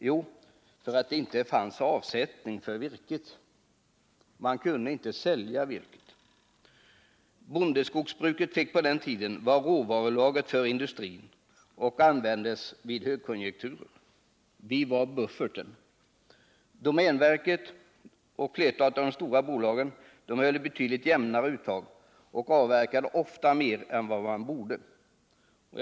Jo, därför att det inte fanns avsättning för virket. Bondeskogsbruket fick på den tiden vara råvarulager för industrin och användes vid högkonjunkturer. Det fick utgöra bufferten. Domänverket och flertalet av de stora bolagen hade ett betydligt jämnare uttag men avverkade ofta mer än vad de borde.